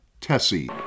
Tessie